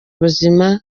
ubuzima